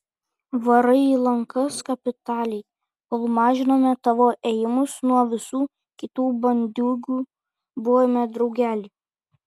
varai į lankas kapitaliai kol mažinome tavo ėjimus nuo visų kitų bandiūgų buvome draugeliai